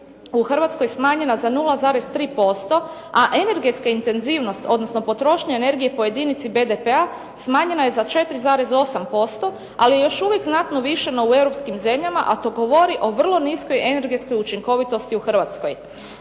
u Hrvatskoj smanjena za 0,3%, a energetska intenzivnost odnosno potrošnja energije po jedinici BDP-a smanjena je za 4,8%, ali je još uvijek znatno više no u europskim zemljama, a to govori o vrlo niskoj energetskoj učinkovitosti u Hrvatskoj.